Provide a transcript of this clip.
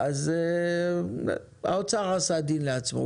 אז האוצר עשה דין לעצמו,